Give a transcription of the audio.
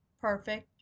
perfect